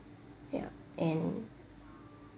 ya and